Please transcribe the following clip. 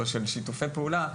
או של שיתופי פעולה,